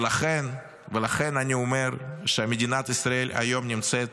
ולכן, אני אומר שמדינת ישראל נמצאת